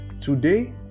Today